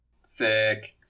Sick